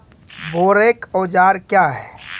बोरेक औजार क्या हैं?